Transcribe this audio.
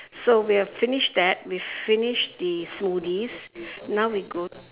so we have finished that we've finished the smoothies now we go